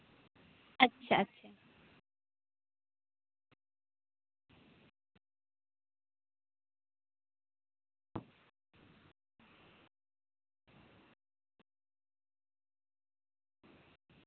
ᱟᱪᱪᱷᱟ ᱟᱪᱪᱷᱟ